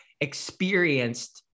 experienced